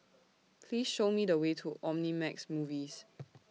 Please Show Me The Way to Omnimax Movies